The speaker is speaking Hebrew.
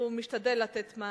והוא משתדל לתת מענה.